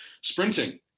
sprinting